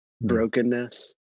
brokenness